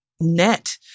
net